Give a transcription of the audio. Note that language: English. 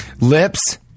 Lips